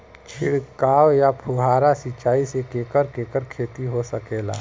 छिड़काव या फुहारा सिंचाई से केकर केकर खेती हो सकेला?